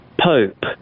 Pope